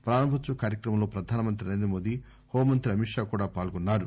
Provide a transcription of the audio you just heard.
ప్రారంభోత్సవ కార్యక్రమంలో ప్రధానమంత్రి నరేంద్రమోదీ హోంమంత్రి అమిత్ షా కూడా పాల్గొన్నారు